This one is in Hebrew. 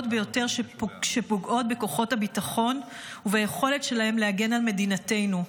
ביותר שפוגעות בכוחות הביטחון וביכולת שלהם להגן על מדינתנו.